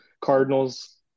cardinals